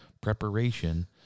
preparation